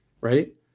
right